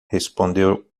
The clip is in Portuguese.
respondeu